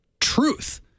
truth